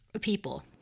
people